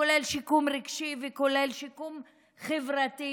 כולל שיקום רגשי ושיקום חברתי,